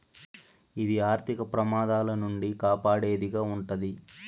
ఇది ఆర్థిక ప్రమాదాల నుండి కాపాడేది గా ఉంటది